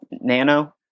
nano